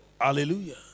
Hallelujah